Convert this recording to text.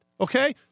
okay